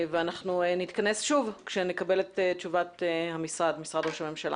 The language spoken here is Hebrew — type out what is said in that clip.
אנחנו נתכנס שוב כשנקבל את תשובת משרד ראש הממשלה.